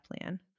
plan